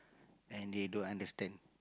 and they don't understand